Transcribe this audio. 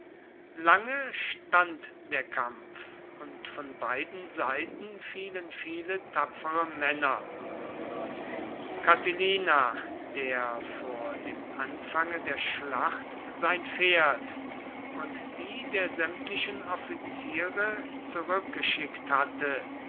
lange stand der kampf und von beiden seiten fielen viele tapfere männer catilina der vor dem anfange der schlacht sein pferd und die der sämtlichen offiziere zurückgeschickt hatte